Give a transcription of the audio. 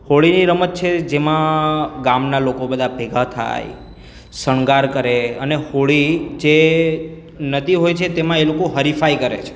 હોળીની રમત છે જેમાં ગામનાં લોકો બધા ભેગાં થાય શણગાર કરે અને હોળી જે નદી હોય છે તેમાં એ લોકો હરીફાઈ કરે છે